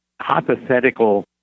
hypothetical